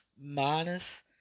minus